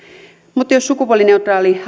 mutta jos sukupuolineutraali